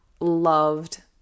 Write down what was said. loved